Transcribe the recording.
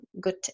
good